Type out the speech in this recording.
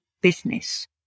business